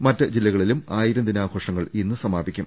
മറ്റു ജില്ലകളിലും ആയിരം ദിനാഘോഷങ്ങൾ ഇന്ന് സമാ പിക്കും